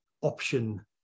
option